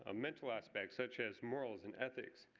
ah mental aspects such as morals and ethics.